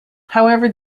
however